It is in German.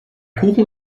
kuchen